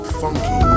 funky